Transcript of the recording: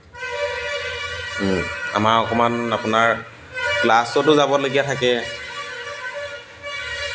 আমাৰ অকণমান আপোনাৰ ক্লাছতো যাবলগীয়া থাকে